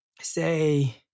say